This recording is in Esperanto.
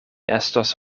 estos